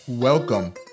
Welcome